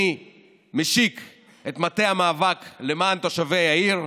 אני משיק את מטה המאבק למען תושבי העיר.